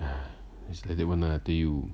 it's like that one ah tell you